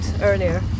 earlier